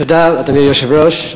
תודה, אדוני היושב-ראש.